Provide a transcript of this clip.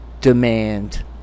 demand